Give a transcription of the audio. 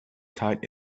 tight